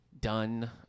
done